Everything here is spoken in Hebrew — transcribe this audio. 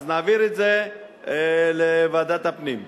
אז נעביר את זה לוועדת הפנים,